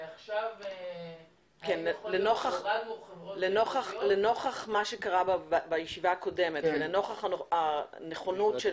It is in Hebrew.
עכשיו אני רואה --- לנוכח מה שקרה בישיבה הקודמת ולנוכח הנכונות של